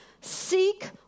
seek